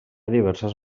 diverses